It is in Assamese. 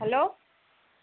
হেল্ল'